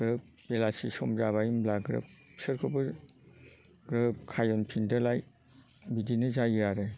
ग्रोब बेलासि सम जाबाय होमब्ला ग्रोब बिसोरखौबो ग्रोब खायनफिनदोलाय बिदिनो जायो आरो